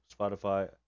Spotify